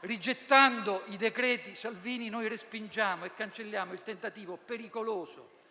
Rigettando i cosiddetti decreti Salvini, noi respingiamo e cancelliamo il tentativo pericoloso